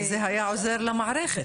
זה היה עוזר למערכת.